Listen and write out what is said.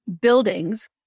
buildings